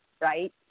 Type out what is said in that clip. right